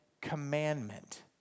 commandment